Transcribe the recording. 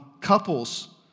couples